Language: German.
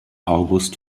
august